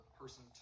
person